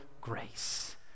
grace